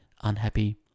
unhappy